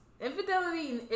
infidelity